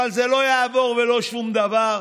אבל זה לא יעבור ולא שום דבר.